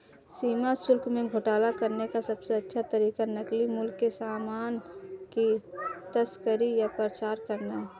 सीमा शुल्क में घोटाला करने का सबसे अच्छा तरीका नकली मूल्य के सामान की तस्करी या प्रचार करना है